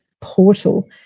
portal